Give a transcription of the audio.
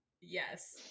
Yes